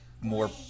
more